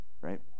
right